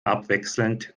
abwechselnd